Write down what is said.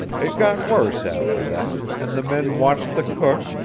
it got worse after that, and the men watched the cook,